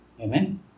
Amen